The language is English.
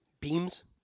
beams